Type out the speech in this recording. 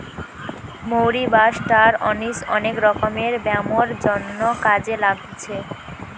মৌরি বা star anise অনেক রকমের ব্যামোর জন্যে কাজে লাগছে